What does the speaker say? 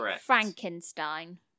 Frankenstein